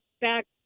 back